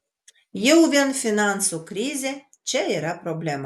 jau vien finansų krizė čia yra problema